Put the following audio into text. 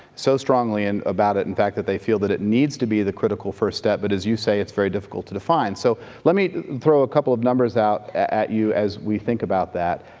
so strongly and about it, in fact, that they feel that it needs to be the critical first stem. but as you say, it's very difficult to define. so let me throw a couple numbers out at you as we think about that.